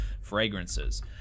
fragrances